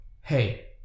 hey